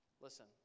Listen